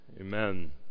Amen